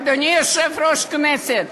אדוני יושב-ראש הכנסת,